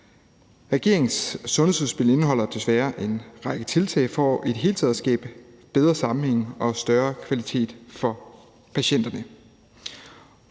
Regeringens sundhedsudspil indeholder en række tiltag for i det hele taget at skabe bedre sammenhænge og større kvalitet for patienterne,